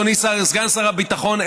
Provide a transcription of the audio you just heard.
אדוני סגן שר הביטחון,